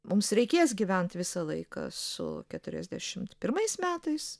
mums reikės gyvent visą laiką su keturiasdešimt pirmais metais